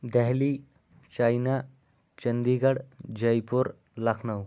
Delhi Chennai Chandigarh Jaipur Lucknow